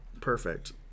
Perfect